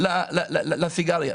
הכניסה לסיגריה.